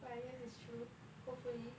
but I guess it's true hopefully